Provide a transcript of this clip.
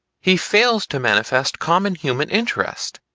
he fails to manifest common human interest,